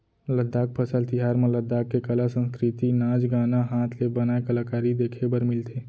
लद्दाख फसल तिहार म लद्दाख के कला, संस्कृति, नाच गाना, हात ले बनाए कलाकारी देखे बर मिलथे